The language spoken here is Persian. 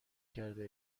کرده